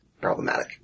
problematic